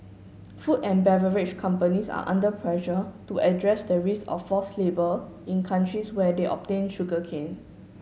food and beverage companies are under pressure to address the risk of forced labour in countries where they obtain sugarcane